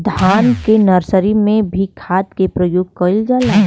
धान के नर्सरी में भी खाद के प्रयोग कइल जाला?